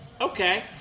Okay